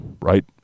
right